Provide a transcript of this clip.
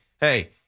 Hey